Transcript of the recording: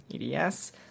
EDS